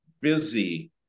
busy